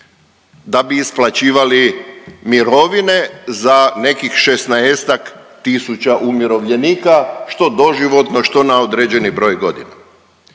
da bi isplaćivali mirovine za nekih šesnaestak tisuća umirovljenika što doživotno, što na određeni broj godina.